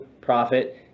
profit